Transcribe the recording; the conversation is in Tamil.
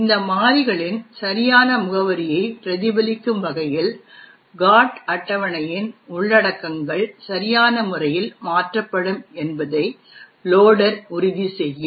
இந்த மாறிகளின் சரியான முகவரியைப் பிரதிபலிக்கும் வகையில் GOT அட்டவணையின் உள்ளடக்கங்கள் சரியான முறையில் மாற்றப்படும் என்பதை லோடர் உறுதி செய்யும்